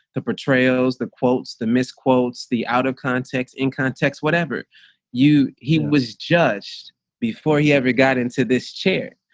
the portrayals the quotes the misquotes, the out of context, in context, whatever you he was judged before he ever got into this chair.